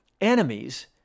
Enemies